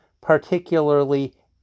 particularly